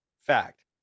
Fact